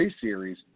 series